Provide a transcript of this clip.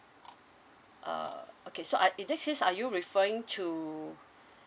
uh okay so uh in this case are you referring to